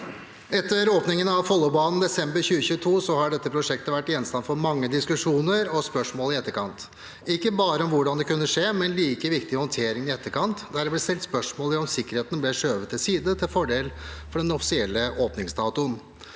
Etter åpningen av Follobanen i desember 2022 har dette prosjektet vært gjenstand for mange diskusjoner og spørsmål i etterkant, ikke bare om hvordan det kunne skje, men like viktig er håndteringen i etterkant, der det ble stilt spørsmål om sikkerheten ble skjøvet til side til fordel for den offisielle åpningsdatoen.